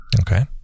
Okay